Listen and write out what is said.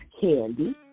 Candy